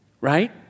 right